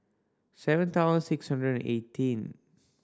seven thousand six hundred and eighteen